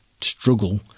struggle